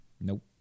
Nope